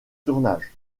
tournage